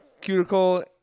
Cuticle